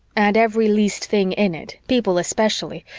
and every least thing in it, people especially,